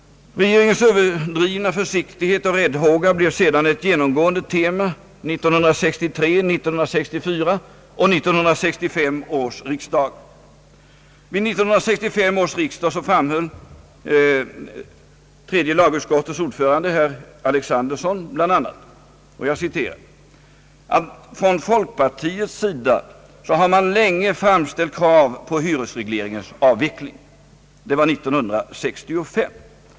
Regeringens överdrivna försiktighet och räddhåga blev sedan ett genomgående tema vid 1963, 1964 och 1965 års riksdagar. Vid 1965 års riksdag framhöll tredje lagutskottets ordförande herr Alexanderson bl.a.: »Från folkpartiets sida har man länge framställt krav på hyresregleringens avveckling.» Det var alltså år 1965.